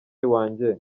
wanjye